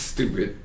Stupid